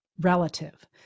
relative